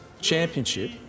championship